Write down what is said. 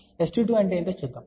S22 అంటే ఏమిటో చూద్దాం